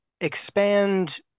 expand